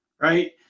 right